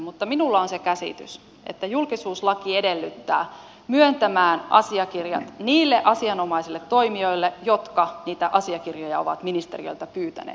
mutta minulla on se käsitys että julkisuuslaki edellyttää myöntämään asiakirjat niille asianomaisille toimijoille jotka niitä asiakirjoja ovat ministeriöltä pyytäneet